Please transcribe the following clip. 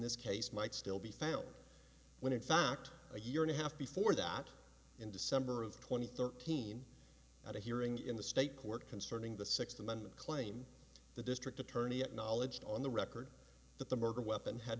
this case might still be found when in fact a year and a half before that in december of two thousand and thirteen at a hearing in the state court concerning the sixth amendment claim the district attorney acknowledged on the record that the murder weapon had